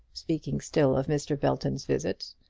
speaking still of mr. belton's visit.